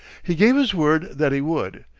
he gave his word that he would,